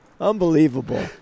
Unbelievable